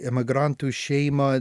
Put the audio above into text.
emigrantų šeimą